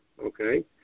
okay